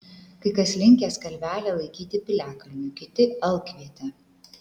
kai kas linkęs kalvelę laikyti piliakalniu kiti alkviete